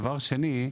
דבר שני,